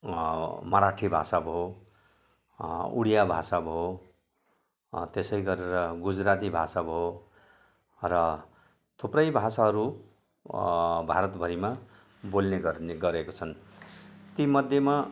मराठी भाषा भयो उडिया भाषा भयो त्यसै गरेर गुजराती भाषा भयो र थुप्रै भाषाहरू भारतभरिमा बोल्ने गर्ने गरेका छन् ती मध्येमा